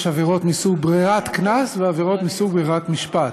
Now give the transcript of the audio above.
יש עבירות מסוג ברירת קנס ועבירות מסוג ברירת משפט.